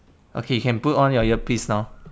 okay you can put on your earpiece now